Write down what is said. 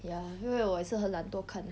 ya 因为我也是很懒惰看